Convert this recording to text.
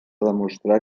demostrar